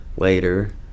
Later